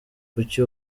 kuki